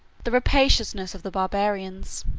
the rapaciousness of the barbarians.